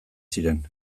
ziren